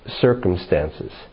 circumstances